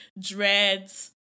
dreads